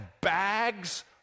bags